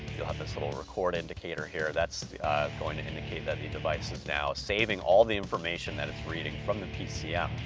you'll have this little record indicator here, that's going to indicate that any device is now saving all the information that it's reading from the pcm.